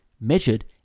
measured